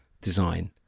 design